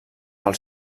pel